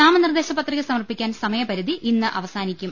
നാമനിർദേശ പത്രിക സമർപ്പിക്കാൻ സമയപരിധി ഇന്ന് അവസാനിക്കും